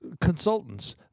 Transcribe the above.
consultants